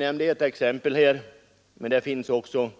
Jag nämnde här ett exempel, som